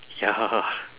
ya